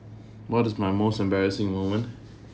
what is my most embarrassing moment